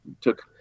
took